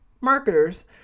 marketers